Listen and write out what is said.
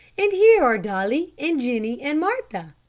and here are dolly, and jennie, and martha,